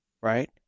right